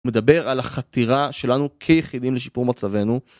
מדבר על החתירה שלנו כיחידים לשיפור מצבנו.